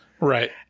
right